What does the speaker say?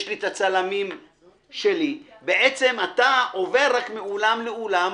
יש לי את הצלמים שלי," בעצם אתה עובר רק מאולם לאולם.